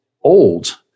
old